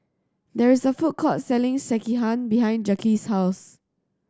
there is a food court selling Sekihan behind Jaquez's house